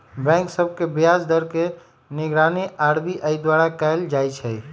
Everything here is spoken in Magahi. बैंक सभ के ब्याज दर के निगरानी आर.बी.आई द्वारा कएल जाइ छइ